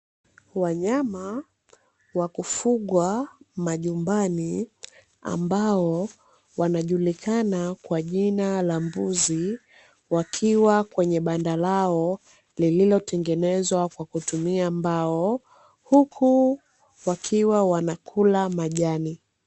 Wanyama wa kufugwa majumbani ambao wanajulikana kwa jina la mbuzi, wakiwa kwenye banda lao lililotengenezwa kwa kutumia mbao huku wakiwa wanakula majani.